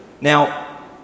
Now